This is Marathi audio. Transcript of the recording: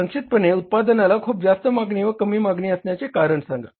संक्षिप्तपणे उत्पादनाला खूप जास्त मागणी व कमी मागणी असण्याचे कारण सांगा